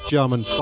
German